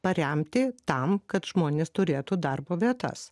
paremti tam kad žmonės turėtų darbo vietas